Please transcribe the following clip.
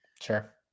sure